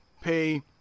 pay